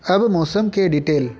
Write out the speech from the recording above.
अब मौसम के डिटेल